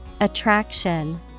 Attraction